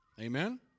amen